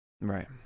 Right